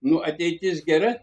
nu ateitis gera